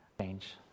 Change